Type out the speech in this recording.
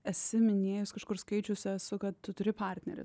esi minėjus kažkur skaičiusi kad tu turi partnerį